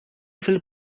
fil